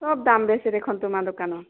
চব দাম বেছি দেখোন তোমাৰ দোকানত